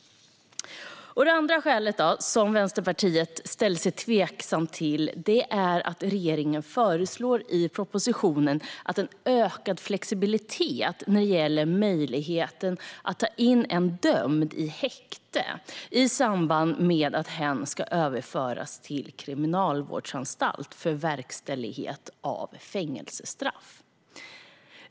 Den andra anledningen är att Vänsterpartiet ställer sig tveksamt till att regeringen i propositionen föreslår en ökad flexibilitet när det gäller möjligheten att ta in en dömd i häkte i samband med att hen ska överföras till kriminalvårdsanstalt för verkställighet av fängelsestraff.